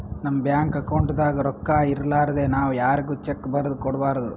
ನಮ್ ಬ್ಯಾಂಕ್ ಅಕೌಂಟ್ದಾಗ್ ರೊಕ್ಕಾ ಇರಲಾರ್ದೆ ನಾವ್ ಯಾರ್ಗು ಚೆಕ್ಕ್ ಬರದ್ ಕೊಡ್ಬಾರ್ದು